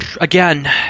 again